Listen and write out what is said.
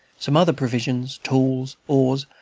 some other provisions, tools, oars,